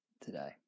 today